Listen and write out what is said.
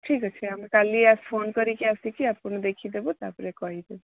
ଠିକ୍ ଅଛି ଆମେ କାଲି ଫୋନ୍ କରିକି ଆସିକି ଆପଣ ଦେଖି ଦେବୁ ତାପରେ କହିଦେବି